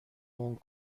هنگ